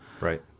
Right